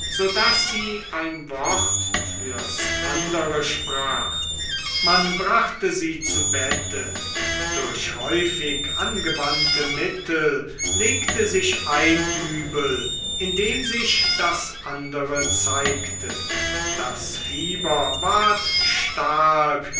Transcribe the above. daß sie ein wort fürs andere sprach man brachte sie zu bette durch häufig angewandte mittel legte sich ein übel indem sich das andere zeigte das fieber ward stark